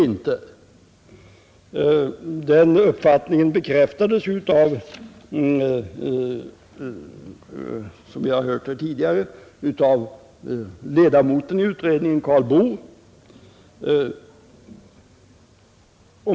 Den uppfattningen bekräftades tidigare här av ledamoten i utredningen Karl Boo.